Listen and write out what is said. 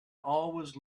always